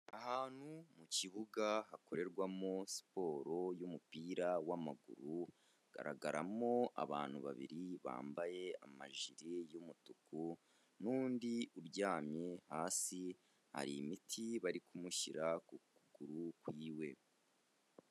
Ahantu mu kibuga hakorerwamo siporo y'umupira w'amaguru, hagaragaramo abantu babiri bambaye amajire y'umutuku n'undi uryamye hasi, hari imiti bari kumushyira ku kuguru kwiwe.